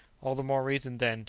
all the more reason, then,